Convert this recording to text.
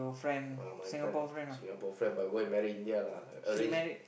uh my friend Singapore friend but go and marry India lah arrange